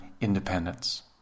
independence